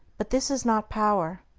but this is not power.